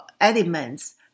elements